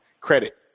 credit